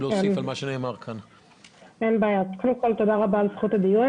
תודה רבה על זכות הדיון,